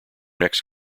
next